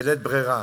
בלית ברירה,